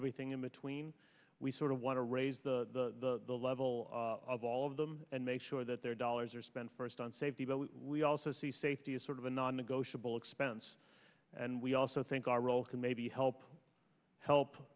everything in between we sort of want to raise the level of all of them and make sure that their dollars are spent first on safety but we also see safety as sort of a non negotiable expense and we also think our role can maybe help help